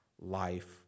life